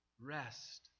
Rest